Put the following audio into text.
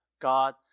God